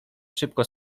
szybko